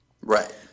Right